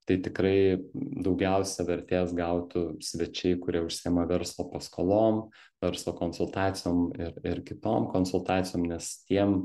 tai tikrai daugiausia vertės gautų svečiai kurie užsiema verslo paskolom verslo konsultacijom ir ir kitom konsultacijom nes tiem